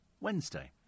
Wednesday